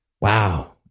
wow